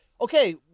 okay